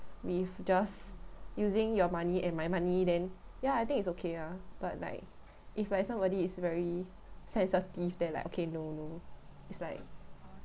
with just using your money and my money then ya I think it's okay ya but like if like somebody is very sensitive then like okay no no it's like